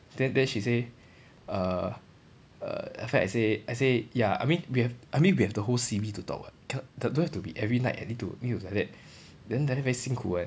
then then she say uh err after that I say I say ya I mean we have I mean we have the whole C_B to talk [what] cannot don't have to be every night I need to need to like that then like that very 辛苦 eh